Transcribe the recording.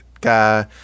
guy